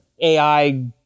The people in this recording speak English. AI